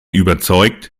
überzeugt